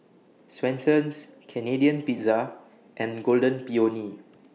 Swensens Canadian Pizza and Golden Peony